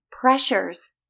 pressures